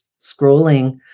scrolling